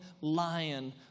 lion